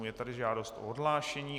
Je tady žádost o odhlášení.